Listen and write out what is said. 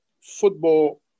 football